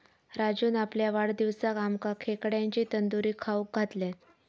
राजून आपल्या वाढदिवसाक आमका खेकड्यांची तंदूरी खाऊक घातल्यान